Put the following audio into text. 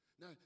Now